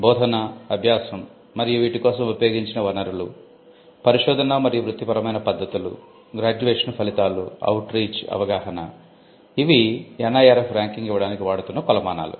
బోధన అభ్యాసం మరియు వీటి కోసం ఉపయోగించిన వనరులు పరిశోధన మరియు వృత్తిపరమైన పద్ధతులు గ్రాడ్యుయేషన్ ఫలితాలు ఔట్రీచ్ అవగాహన ఇవి NIRF ర్యాంకింగ్ ఇవ్వడానికి వాడుతున్న కొలమానాలు